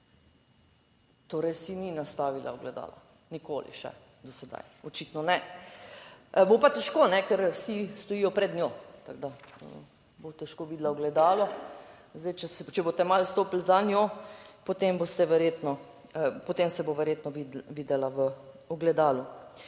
Torej si ni nastavila ogledalo, nikoli še do sedaj, očitno ne. Bo pa težko, ker vsi stojijo pred njo. Tako da bo težko videla ogledalo. Zdaj, če boste malo stopili za njo, potem se bo verjetno videla v ogledalu.